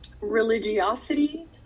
religiosity